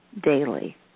daily